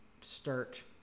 start